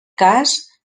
cas